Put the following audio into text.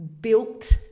Built